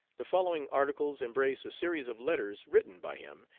the following articles embrace a series of letters written by him,